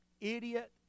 idiot